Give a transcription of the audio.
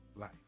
life